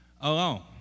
alone